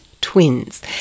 twins